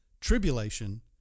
tribulation